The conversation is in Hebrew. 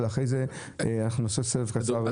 אחרי זה נעשה סבב קצר של דוברים.